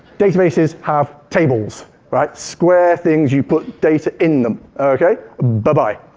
databases have tables, right? square things, you put data in them, okay? bye bye.